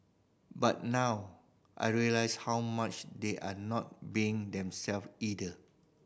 but now I realise how much they're not being themselves either